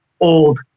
old